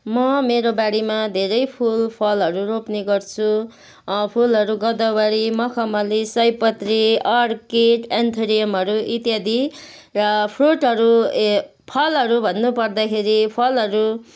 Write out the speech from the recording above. म मेरो बारीमा घेरै फुल फलहरू रोप्ने गर्छु फुलहरू गोदावारी मखमली सयपत्री अर्कीड एन्थोरियमहरू इत्यादि र फ्रुटहरू ए फलहरू भन्नुपर्दाखेरि फलहरू